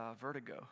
vertigo